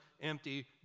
empty